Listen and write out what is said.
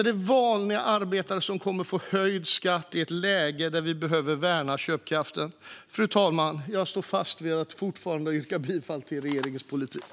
Det är vanliga arbetare som kommer att få höjd skatt i ett läge där vi behöver värna köpkraften. Fru talman! Jag står fast vid att yrka bifall till regeringens politik.